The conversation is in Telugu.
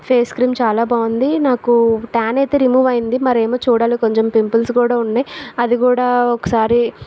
ఫేస్ క్రీమ్ చాలా బాగుంది నాకు టాన్ అయితే రిమూవ్ అయింది మరేమో చూడాలి కొంచెం పింపుల్స్ కూడా ఉన్నాయి అది కూడా ఒకసారి